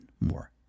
more